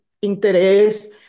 interés